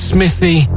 Smithy